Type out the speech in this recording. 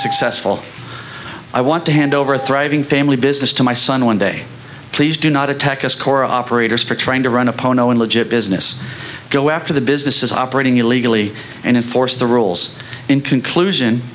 successful i want to hand over a thriving family business to my son one day please do not attack us core operators for trying to run a pono and legit business go after the businesses operating illegally and force the rules in conclusion